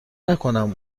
نکنم